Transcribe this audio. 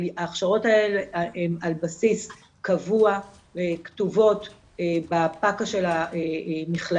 אבל ההכשרות האלה הן על בסיס קבוע וכתובות בפק"א של המכללה